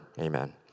Amen